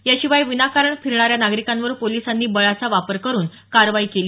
याशिवाय विनाकारण फिरणाऱ्या नागरिकांवर पोलिसांनी बळाचा वापर करून कारवाई केली